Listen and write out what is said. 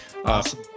Awesome